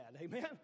Amen